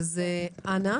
השאלה היא